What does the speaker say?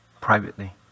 privately